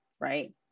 right